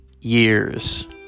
years